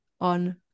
on